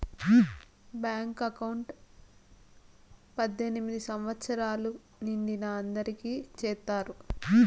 bank account పద్దెనిమిది సంవచ్చరాలు నిండిన అందరికి చేత్తారు